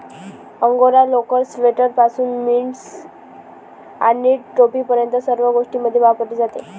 angora लोकर, स्वेटरपासून mittens आणि टोपीपर्यंत सर्व गोष्टींमध्ये वापरली जाते